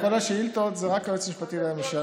כל השאילתות זה רק על היועץ המשפטי לממשלה.